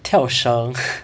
跳绳